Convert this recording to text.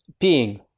peeing